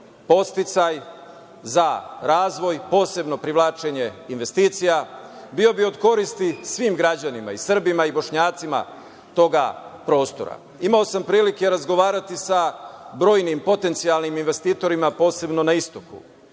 podsticaj za razvoj, posebno privlačenje investicija, bio bi od koristi svim građanima, i Srbima i Bošnjacima, tog prostora. Imao sam prilike razgovarati sa brojnim potencijalnim investitorima, posebno na istoku.